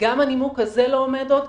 גם הנימוק הזה לא עומד עוד,